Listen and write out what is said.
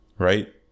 Right